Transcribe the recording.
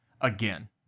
again